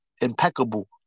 impeccable